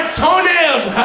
toenails